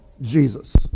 Jesus